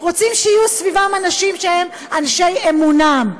רוצים שיהיו סביבם אנשים שהם אנשי אמונם,